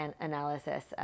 analysis